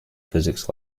physics